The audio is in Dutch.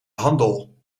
handel